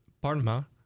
Parma